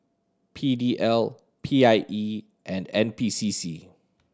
P D L P I E and N P C C